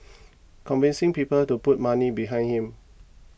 convincing people to put money behind him